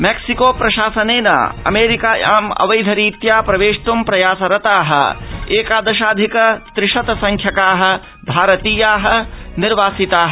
मेक्सिकोशासनेन अमेरिकायाम् अवैधरीत्या प्रवेष्ट् प्रयासरताः एकादशाधिक त्रिशतसंख्यकाः भारतीयाः निर्वासिताः